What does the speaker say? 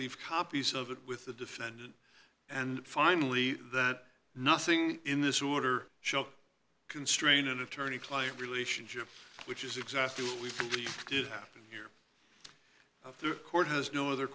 leave copies of it with the defendant and finally that nothing in this order shall constrain an attorney client relationship which is exactly what we did happen here the court has no other